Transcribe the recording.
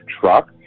truck